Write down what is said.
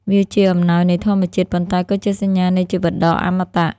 វាជាអំណោយនៃធម្មជាតិ ប៉ុន្តែក៏ជាសញ្ញានៃជីវិតដ៏អមតៈ។